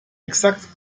exakt